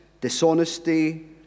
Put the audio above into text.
dishonesty